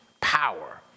power